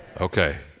Okay